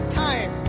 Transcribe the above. time